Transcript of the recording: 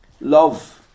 Love